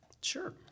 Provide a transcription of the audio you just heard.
Sure